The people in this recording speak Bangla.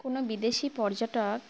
কোনো বিদেশি পর্যটক